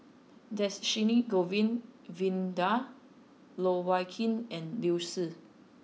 Dhershini Govin Winodan Loh Wai Kiew and Liu Si